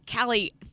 Callie